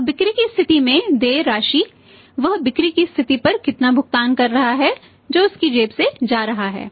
अब बिक्री की स्थिति में देय राशि वह बिक्री की स्थिति पर कितना भुगतान कर रहा है जो उसकी जेब से जा रहा है